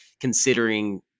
considering